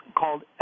called